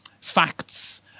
facts